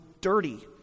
dirty